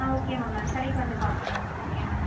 ஆ okay ma'am நாங் கடைக்கு வந்து பார்க்றோம் ஓகே மேம்